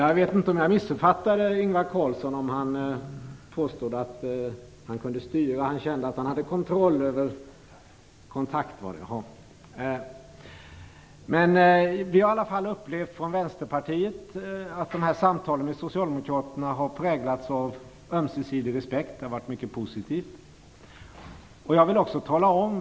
Jag vet inte om jag missuppfattade Ingvar Carlsson, om han påstod att han kunde styra och hade kontroll i det här sammanhanget - nej, det var visst kontakt han sade att han hade. Från Vänsterpartiet har vi i alla fall upplevt att samtalen med Socialdemokraterna har präglats av ömsesidig respekt, att det har varit mycket positivt.